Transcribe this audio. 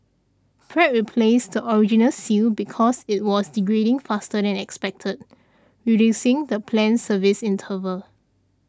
Pratt replaced the original seal because it was degrading faster than expected reducing the planned service interval